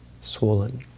swollen